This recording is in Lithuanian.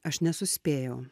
aš nesuspėjau